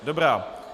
Dobrá.